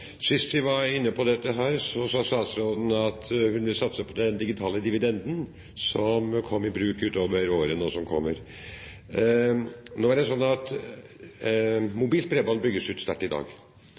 Sist vi var inne på dette, sa statsråden at hun ville satse på den digitale dividenden, som kommer i bruk i året som kommer.